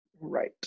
Right